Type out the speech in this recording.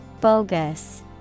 Bogus